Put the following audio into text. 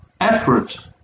effort